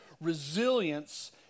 resilience